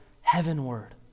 heavenward